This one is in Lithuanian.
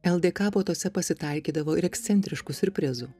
ldk puotose pasitaikydavo ir ekscentriškų siurprizų